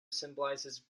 symbolizes